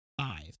five